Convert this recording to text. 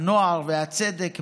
הנוער והצדק בליבך,